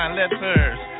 letters